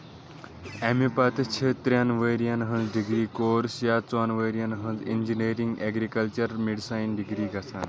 اَمہِ پتہٕ چھِ ترٛٮ۪ن ؤرۍ یَن ہٕنٛز ڈگری کورٕس یا ژوٚن ؤرۍ یَن ہٕنٛز انجینئرنگ ایگرِکلچر میڈیسن ڈگری گژھان